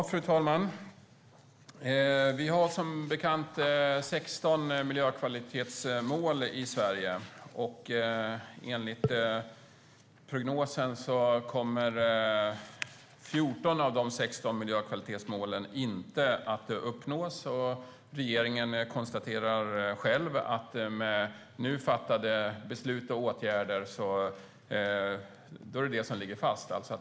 Fru talman! Vi har som bekant 16 miljökvalitetsmål i Sverige. Enligt prognosen kommer 14 av 16 miljökvalitetsmål inte att uppnås. Regeringen själv konstaterar att fattade beslut och åtgärder ligger fast.